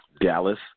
Dallas